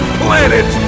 planet